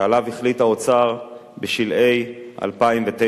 שעליו החליט האוצר בשלהי 2009,